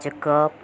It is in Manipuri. ꯖꯦꯀꯣꯞ